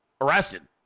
Arrested